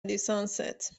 لیسانست